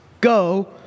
go